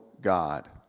God